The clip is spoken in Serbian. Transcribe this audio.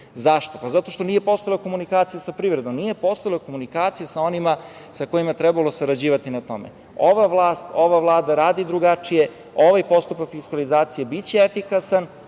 Zašto? Zato što nije postojala komunikacija sa privredom, nije postojala komunikacija sa onima sa kojima je trebalo sarađivati na tome. Ova vlast, ova Vlada radi drugačije. Ovaj postupak fiskalizacije biće efikasan,